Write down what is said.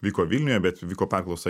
vyko vilniuje bet vyko perklausa